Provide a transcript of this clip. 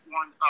one